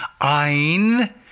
Ein